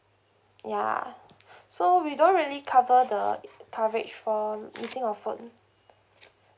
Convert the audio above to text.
ya so we don't really cover the coverage for missing of phone